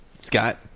Scott